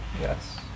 Yes